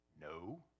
no